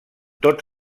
tots